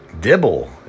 Dibble